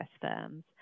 firms